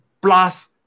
Plus